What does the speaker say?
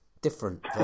different